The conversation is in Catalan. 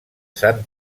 sant